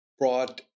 Brought